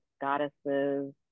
goddesses